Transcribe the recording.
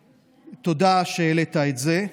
תודה שהעלית את זה.